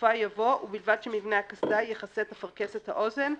ובסופה יבוא "ובלבד שמבנה הקסדה יכסה את אפרכסת האוזן,